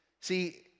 See